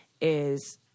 is-